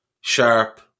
Sharp